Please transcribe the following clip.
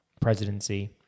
presidency